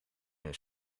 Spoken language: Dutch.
een